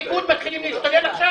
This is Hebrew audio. היועץ המשפטי דן מרזוק.